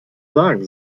sagen